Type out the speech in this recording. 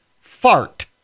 fart